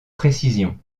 précision